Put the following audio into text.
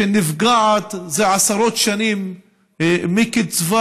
שנפגעת עשרות שנים מקצבה